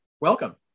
welcome